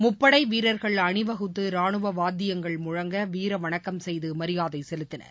முப்படை வீரர்கள் அணிவகுத்து ராணுவ வாத்தியங்கள் முழங்க வீர வணக்கம் செய்து மரியாதை செலுத்தினர்